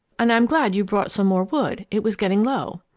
and i'm glad you brought some more wood. it was getting low.